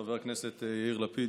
חבר הכנסת יאיר לפיד,